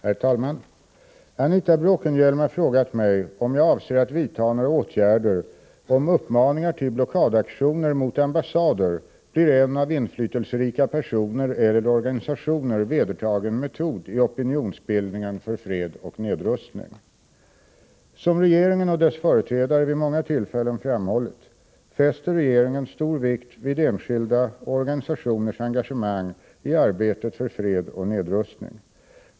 Herr talman! Anita Bråkenhielm har frågat om jag avser att vidta några åtgärder, om uppmaningar till blockadaktioner mot ambassader blir en av inflytelserika personer eller organisationer vedertagen metod i opinionsbildningen för fred och nedrustning. Som regeringen och dess företrädare vid många tillfällen framhållit, fäster regeringen stor vikt vid enskildas och organisationers engagemang i arbetet för fred och nedrustning.